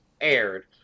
aired